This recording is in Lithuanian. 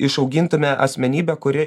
išaugintume asmenybę kuri